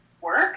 work